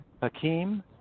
Hakeem